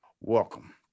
Welcome